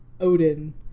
Odin